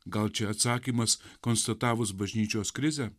gal čia atsakymas konstatavus bažnyčios krizę